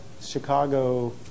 Chicago